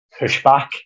pushback